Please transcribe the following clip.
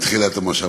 עם תחילת המושב?